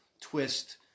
twist